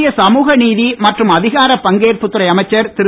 மத்திய சமூக நீதி மற்றும் அதிகார பங்கேற்புத்துறை அமைச்சர் திரு